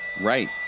Right